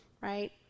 right